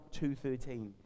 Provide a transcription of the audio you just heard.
2.13